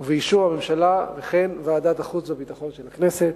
ובאישור הממשלה, וכן ועדת החוץ והביטחון של הכנסת.